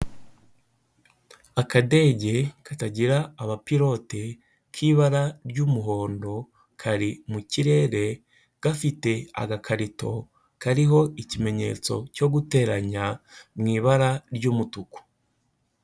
Akadege katagira agapilote k'ibara ry'umuhondo, kari mu kirere gafite agakarito kariho ikimenyetso cyo guteranya mu ibara ry'umutuku.